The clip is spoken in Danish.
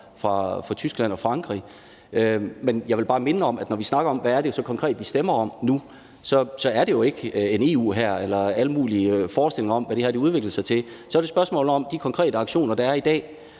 fra Tyskland og Frankrig. Men jeg vil bare minde om, at når vi snakker om, hvad det så er, vi konkret stemmer om nu, at så er det jo ikke en EU-hær eller alle mulige forestillinger om, hvad det her udvikler sig til. Så er det et spørgsmål om de konkrete aktioner, der er i dag,